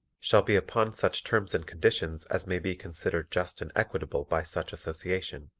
shall be upon such terms and conditions as may be considered just and equitable by such association.